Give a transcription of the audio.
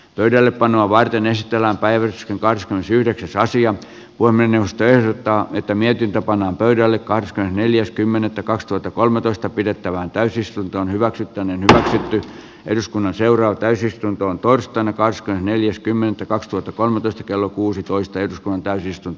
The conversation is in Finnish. pöydällepanoa varten esitellään päivitys kahdeskymmenesyhdeksäs aasian voi mennä ostertaa että mietintä pannaan pöydälle kai neljäs kymmenettä kaksituhattakolmetoista pidettävään täysistunto hyväksyttäneen eduskunnan seuraa täysistuntoon torstaina ranskan neljäkymmentäkaksituhattakolmetoista kello kuusitoista on kärjistynyt